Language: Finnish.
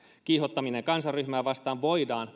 kiihottamista kansanryhmää vastaan voidaan